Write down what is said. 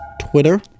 Twitter